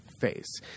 face